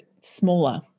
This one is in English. smaller